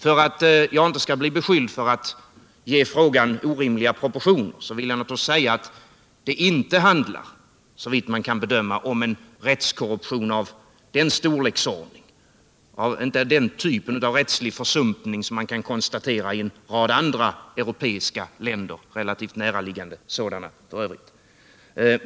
För att jag inte skall bli beskylld för att ge frågan orimliga proportioner vill jag här säga att det såvitt man kan bedöma naturligtvis inte handlar om en rättskorruption av den storleksordning eller den typ av rättslig försumpning som man kan konstatera i en rad andra europeiska länder — relativt näraliggande sådana f.ö.